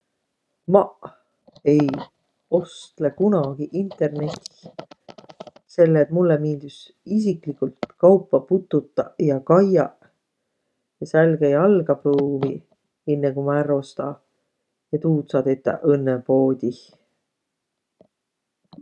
Maq ei ostlõq kunagi internetih, selle et mullõ miildüs isikligult kaupa pututaq ja kaiaq ja sälgä-jalga pruuviq, inne ku ma ärq osta. Ja tuud saa tetäq õnnõ poodih.